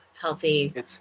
healthy